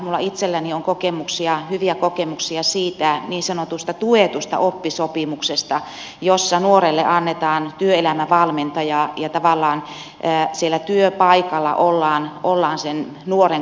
minulla itselläni on hyviä kokemuksia niin sanotusta tuetusta oppisopimuksesta jossa nuorelle annetaan työelämävalmentaja ja tavallaan siellä työpaikalla ollaan sen nuoren kanssa mukana